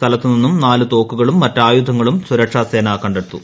സ്ഥലത്തു നിന്നും നാല് തോക്കുകളും മറ്റായുധങ്ങളും സുരക്ഷാസ്ലേന കണ്ടെടുത്തു